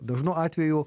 dažnu atveju